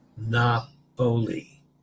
Napoli